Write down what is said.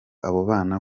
abona